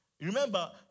Remember